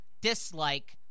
dislike